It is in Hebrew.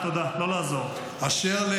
הארץ.